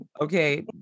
okay